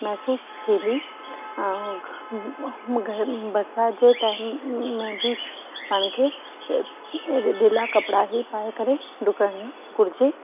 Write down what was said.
महिसूस थींदी ऐं ग गर्मी बरिसातु जे टाइम बि पाण खे ढि ढिला कपिड़ा ई पाए करे डुकण घुरिजे